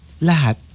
lahat